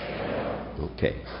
Okay